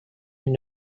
just